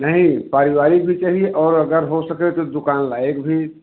नहीं पारिवारिक भी चाहिए और अगर हो सके तो दुकान लायक भी